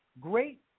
great